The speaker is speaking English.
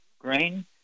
grain